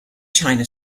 china